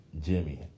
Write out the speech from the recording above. Jimmy